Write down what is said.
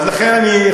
וכל הדברים האלה,